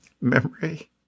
memory